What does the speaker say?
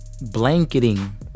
Blanketing